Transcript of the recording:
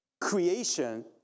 Creation